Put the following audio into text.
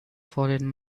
fallen